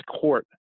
court